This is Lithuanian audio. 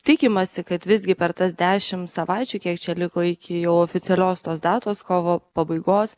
tikimasi kad visgi per tas dešim savaičių kiek čia liko iki jau oficialios tos datos kovo pabaigos